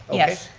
yes.